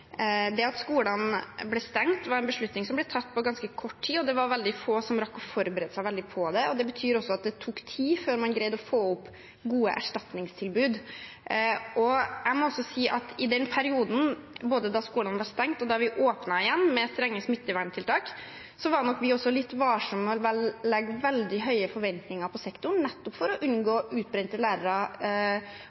Det at skolene ble stengt var en beslutning som ble tatt på ganske kort tid, og det var veldig få som rakk å forberede seg veldig på det. Det betyr også at det tok tid før man greide å få opp gode erstatningstilbud. Jeg må også si at i den perioden, både da skolene ble stengt og da vi åpnet igjen med strenge smitteverntiltak, var nok vi også litt varsomme med å ha veldig høye forventninger til sektoren for å unngå utbrente lærere